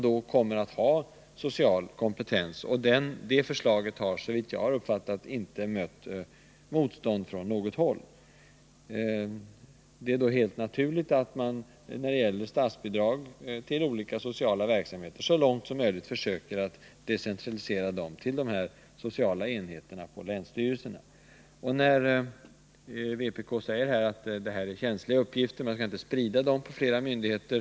De kommer att ha social kompetens. Det förslaget har, såvitt jag har uppfattat, inte mött motstånd från något håll. Det är då helt naturligt att man, när det gäller statsbidrag till olika sociala verksamheter, så långt som möjligt försöker att decentralisera dem till de här sociala enheterna på länsstyrelserna. Vpk säger att det här är känsliga uppgifter som man inte skall sprida på flera myndigheter.